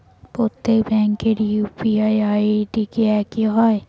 প্রত্যেক ব্যাংকের UPI ID কি একই হয়?